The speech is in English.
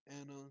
Anna